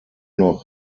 noch